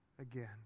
again